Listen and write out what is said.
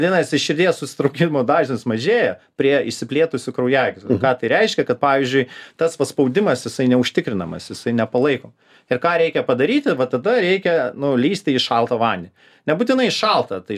vadinasi širdies susitraukimo dažnis mažėja prie išsiplėtusių kraujagyslių ką tai reiškia kad pavyzdžiui tas paspaudimas jisai neužtikrinamas jisai nepalaiko ir ką reikia padaryti va tada reikia nu lįsti į šaltą vandenį nebūtinai šaltą tai